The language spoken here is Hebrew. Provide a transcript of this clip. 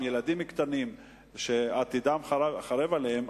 עם ילדים קטנים שעתידם חרב עליהם,